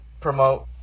promote